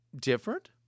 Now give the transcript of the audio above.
Different